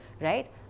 right